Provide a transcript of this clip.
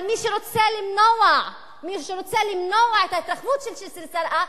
אבל מי שרוצה למנוע את ההתרחבות של ג'סר-א-זרקא,